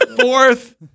fourth